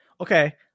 Okay